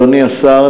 אדוני השר,